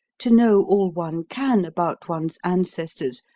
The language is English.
to know all one can about one's ancestors,